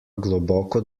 globoko